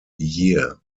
year